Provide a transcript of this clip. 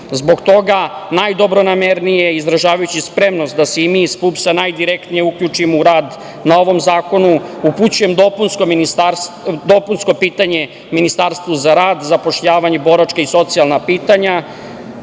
Zbog toga najdobronamernije izražavajući spremnost da se i mi iz PUPS-a najdirektnije uključimo u rad na ovom zakonu. Upućujem dopunsko pitanje Ministarstvu za rad, zapošljavanje i boračka i socijalna pitanja. Ono